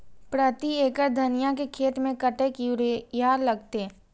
प्रति एकड़ धनिया के खेत में कतेक यूरिया लगते?